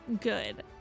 good